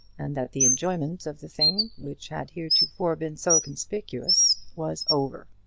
and that the enjoyment of the thing, which had heretofore been so conspicuous, was over.